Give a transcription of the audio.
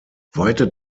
weite